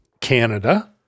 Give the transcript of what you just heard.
Canada